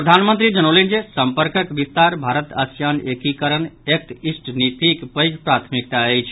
प्रधानमंत्री जनौलनि जे सम्पर्कक विस्तार भारत आसियान एकीकरण एक्ट ईस्ट नीति पैघ प्राथमिकता अछि